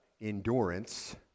Endurance